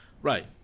Right